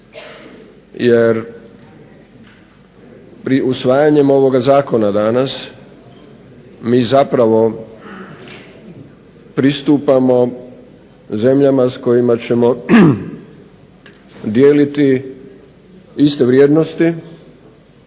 Jer usvajanjem ovoga zakona danas, mi zapravo pristupamo zemljama s kojima ćemo dijeliti iste vrijednosti